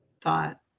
thought